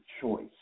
choice